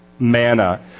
Manna